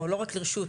או לא רק לרשות,